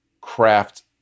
craft